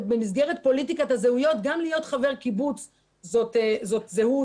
במסגרת פוליטיקת הזהויות גם להיות חבר קיבוץ זאת זהות.